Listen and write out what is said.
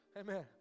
amen